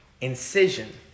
incision